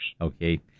Okay